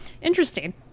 Interesting